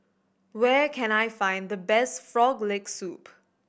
where can I find the best Frog Leg Soup